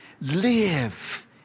Live